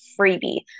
freebie